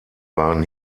waren